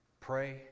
pray